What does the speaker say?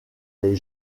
les